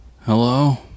Hello